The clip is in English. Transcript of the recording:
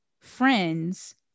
friends